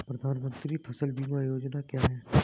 प्रधानमंत्री फसल बीमा योजना क्या है?